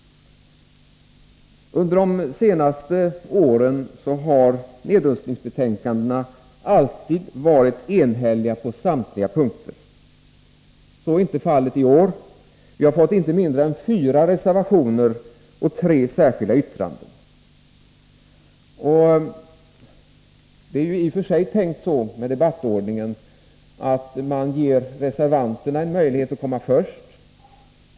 Under de senaste åren har nedrustningsbetänkandena alltid varit enhälliga på samtliga punkter. Så är inte fallet i år. Vi har fått inte mindre än fyra reservationer och tre särskilda yttranden. Det är i och för sig tänkt så med debattordningen, att man ger reservanterna en möjlighet att komma in först.